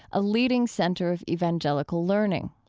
a leading center of evangelical learning.